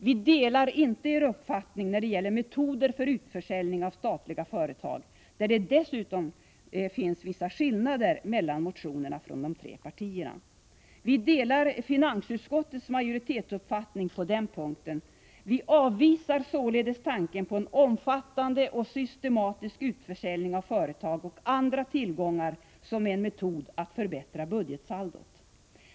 Vi delar inte er uppfattning när det gäller metoder för utförsäljning av statliga företag, där det dessutom finns vissa skillnader mellan motionerna från de tre partierna. Vi socialdemokrater delar på den punkten uppfattningen hos finansutskottets majoritet. Vi avvisar således tanken på en omfattande och systematisk utförsäljning av företag och andra tillgångar som en metod att förbättra budgetsaldot.